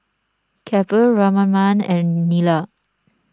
Kapil Ramanand and Neila